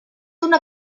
una